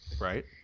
Right